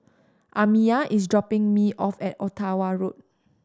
Amiyah is dropping me off at Ottawa Road